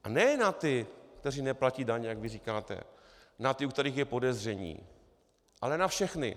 A ne na ty, kteří neplatí daně, jak vy říkáte, na ty, u kterých je podezření, ale na všechny.